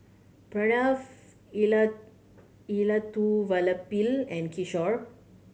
Pranav Elattuvalapil and Kishore